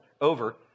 over